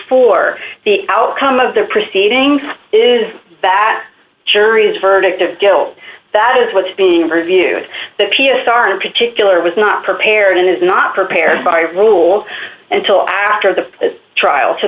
for the outcome of their proceedings is that jury's verdict of guilt that is what is being reviewed that p s r in particular was not prepared and is not prepared by rule and till after the trial to